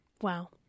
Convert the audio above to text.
Wow